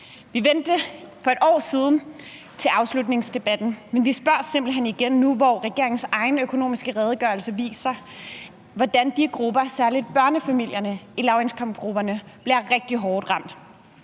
Vi vendte det for et år siden til afslutningsdebatten, men vi spørger simpelt hen igen nu, hvor regeringens egen økonomiske redegørelse viser, hvordan de grupper og særlig børnefamilierne i lavindkomstgrupperne bliver rigtig hårdt ramt.